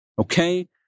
okay